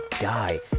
die